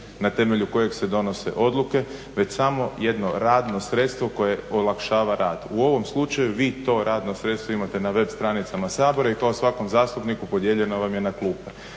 na temelju kojeg se donose odluke već samo jedno radno sredstvo koje olakšava rad. U ovom slučaju vi to radno sredstvo imate na web stranicama Sabora i kao i svakom zastupniku podijeljeno vam je na klupe.